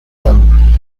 them